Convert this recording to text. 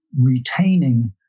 retaining